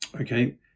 okay